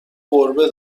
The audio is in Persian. گربه